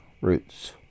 Roots